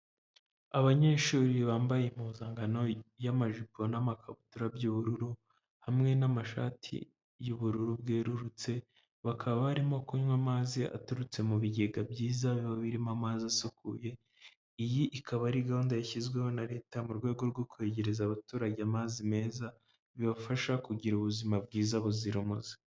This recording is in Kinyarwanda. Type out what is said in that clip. Abanyeshuri bambaye impuzankano y'amajipo n'amakabutura by'ubururu hamwe n'amashati y'ubururu bwerurutse, bakaba barimo kunywa amazi aturutse mu bigega byiza biba birimo amazi asukuye, iyi ikaba ari gahunda yashyizweho na leta mu rwego rwo kwegereza abaturage amazi meza bibafasha kugira ubuzima bwiza buzira umuze.